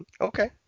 Okay